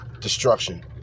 Destruction